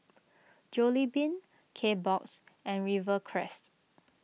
Jollibean Kbox and Rivercrest